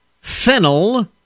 fennel